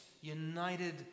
united